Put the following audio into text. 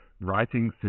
writing